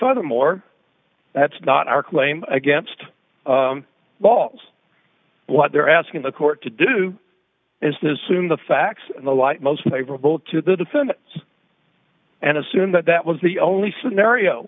furthermore that's not our claim against balls what they're asking the court to do is this whom the facts in the light most favorable to the defendants and assume that that was the only scenario